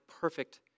perfect